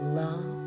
love